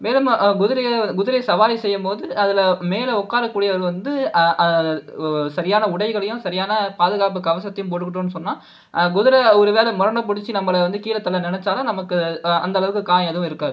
மேலும் குதிரையை குதிரை சவாரி செய்யும் போது அதில் மேல் உக்காரக்கூடியவர் வந்து சரியான உடைகளையும் சரியான பாதுகாப்பு கவசத்தையும் போட்டுக்கிட்டோம்னு சொன்னால் குதிரை ஒரு வேளை முரண்டு பிடிச்சு நம்ம கீழே தள்ள நினைத்தாலும் நமக்கு அந்த அளவுக்கு காயம் எதுவும் இருக்காது